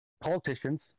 Politicians